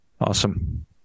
awesome